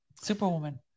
Superwoman